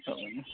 औ